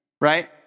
Right